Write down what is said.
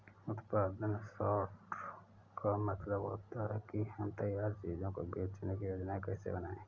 उत्पादन सॉर्टर का मतलब होता है कि हम तैयार चीजों को बेचने की योजनाएं कैसे बनाएं